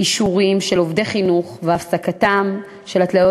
אישורים של עובדי חינוך והפסקתן של התליות